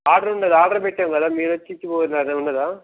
order ఉన్నది order పెట్టాము కదా మీరు వచ్చి ఇచ్చిపోవడం అదేమి ఉండదా